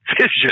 vision